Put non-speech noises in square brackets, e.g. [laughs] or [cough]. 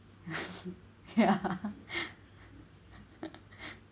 [laughs] ya [laughs] [breath]